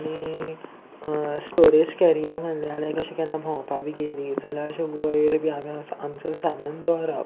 आनी storage carrier म्हणल्यार लायक अशें केन्ना भोंवपा बी गेली जाल्यार अशें वयर बी आमी आमचो सामान दवरप